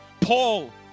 Paul